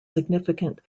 significant